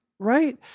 Right